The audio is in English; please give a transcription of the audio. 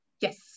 yes